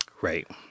right